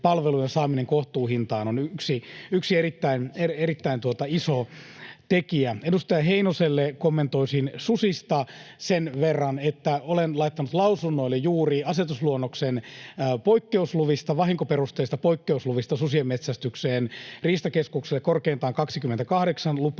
saaminen kohtuuhintaan on yksi erittäin iso tekijä. Edustaja Heinoselle kommentoisin susista sen verran, että olen laittanut lausunnoille juuri asetusluonnoksen vahinkoperusteisista poikkeusluvista susien metsästykseen, Riistakeskukselle korkeintaan 28 lupaa